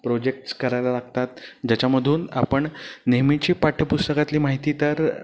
projects करायला लागतात ज्याच्यामधून आपण नेहमीची पाठ्यपुस्तकातली माहिती तर